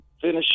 finish